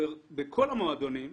בכל המועדונים,